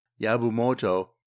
Yabumoto